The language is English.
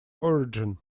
origin